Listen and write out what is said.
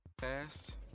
Fast